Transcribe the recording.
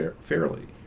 fairly